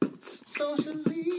socially